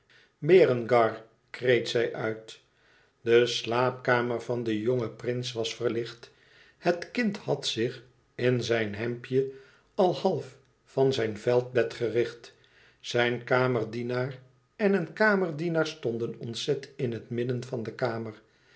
berengar kreet zij uit de slaapkamer van den jongen prins was verlicht het kind had zich in zijn hemdje al half van zijn veldbed gericht zijn kamerdienaar en een kamenier stonden ontzet in het midden van de kamer